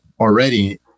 already